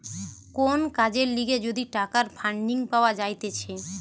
কোন কাজের লিগে যদি টাকার ফান্ডিং পাওয়া যাইতেছে